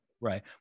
right